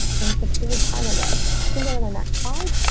in the food part of this can go to the next slide.